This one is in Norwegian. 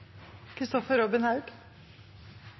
Kristoffer Robin Haug